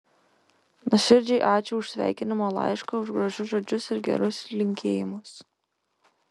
nuoširdžiai ačiū už sveikinimo laišką už gražius žodžius ir gerus linkėjimus